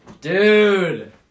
Dude